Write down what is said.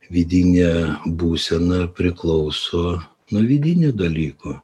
vidinė būsena priklauso nuo vidinių dalykų